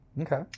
Okay